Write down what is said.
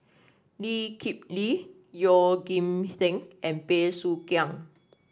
Lee Kip Lee Yeoh Ghim Seng and Bey Soo Khiang